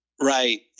Right